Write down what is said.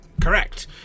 Correct